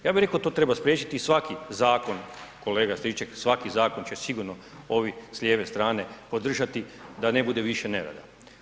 Ja bih rekao to treba spriječiti i svaki zakon kolega Stričak svaki zakon će sigurno ovi s lijeve strane podržati da ne bude više nereda.